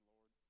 Lord